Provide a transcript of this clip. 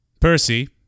percy